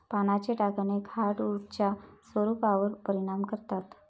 पानांचे डाग अनेक हार्डवुड्सच्या स्वरूपावर परिणाम करतात